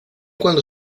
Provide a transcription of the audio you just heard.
cuando